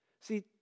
See